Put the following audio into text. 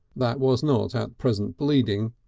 that was not at present bleeding,